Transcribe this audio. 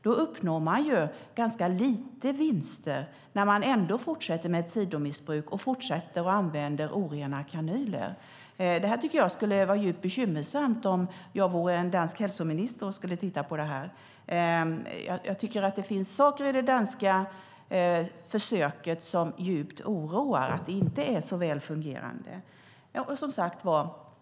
Man uppnår ganska lite vinster när de ändå fortsätter med ett sidomissbruk och fortsätter att använda orena kanyler. Det tycker jag skulle vara djupt bekymmersamt om jag vore dansk hälsominister och skulle titta på detta. Det finns saker i det danska försöket som djupt oroar och som inte är så väl fungerande.